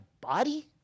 body